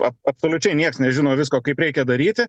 ab absoliučiai nieks nežino visko kaip reikia daryti